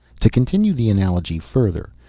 to continue the analogy further,